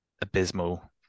abysmal